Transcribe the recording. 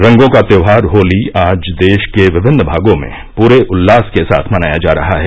रंगों का त्यौहार होली आज देश के विमिन्न भागों में पूरे उल्लास के साथ मनाया जा रहा है